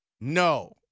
no